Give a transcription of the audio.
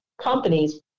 companies